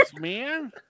man